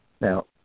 Now